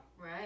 Right